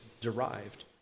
derived